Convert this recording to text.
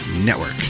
network